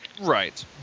Right